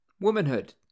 Womanhood